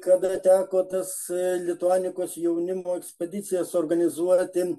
kada teko tas lituanikos jaunimo ekspedicijas suorganizuoti